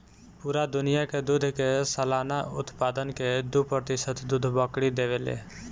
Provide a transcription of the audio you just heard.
पूरा दुनिया के दूध के सालाना उत्पादन के दू प्रतिशत दूध बकरी देवे ले